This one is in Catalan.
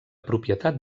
propietat